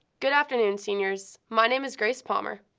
good afternoon, seniors. my name is grace palmer.